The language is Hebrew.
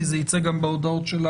אנחנו נקבל דיווח על